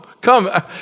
Come